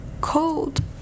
cold